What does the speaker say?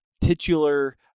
titular